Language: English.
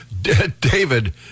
David